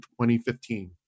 2015